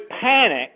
panic